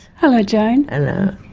hello joan. hello.